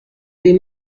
des